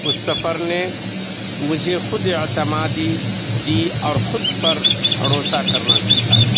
اس سفر نے مجھے خود اعتمادی دی اور خود پر بھروسہ کرنا سکھایا